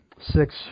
six